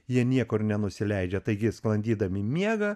jie niekur nenusileidžia taigi sklandydami miega